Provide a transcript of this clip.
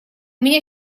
меня